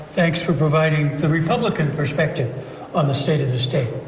thanks for providing the republican perspective on the state of the state,